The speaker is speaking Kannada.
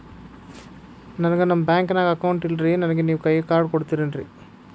ನನ್ಗ ನಮ್ ಬ್ಯಾಂಕಿನ್ಯಾಗ ಅಕೌಂಟ್ ಇಲ್ರಿ, ನನ್ಗೆ ನೇವ್ ಕೈಯ ಕಾರ್ಡ್ ಕೊಡ್ತಿರೇನ್ರಿ?